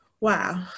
wow